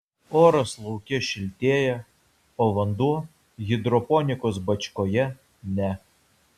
oras lauke šiltėja o vanduo hidroponikos bačkoje ne